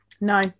No